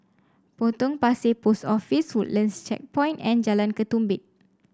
Potong Pasir Post Office Woodlands Checkpoint and Jalan Ketumbit